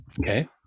Okay